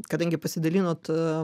kadangi pasidalinot